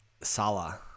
Salah